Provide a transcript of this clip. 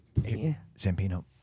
Zampino